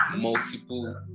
multiple